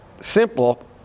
Simple